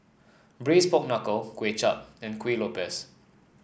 Braised Pork Knuckle Kuay Chap and Kuih Lopes